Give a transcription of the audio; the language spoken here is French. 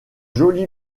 joli